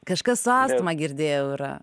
kažkas su astma girdėjau yra